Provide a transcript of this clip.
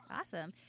Awesome